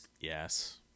Yes